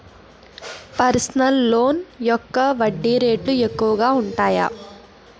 personal loan యొక్క వడ్డీ రేట్లు ఎక్కువగా ఉంటాయి